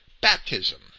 baptism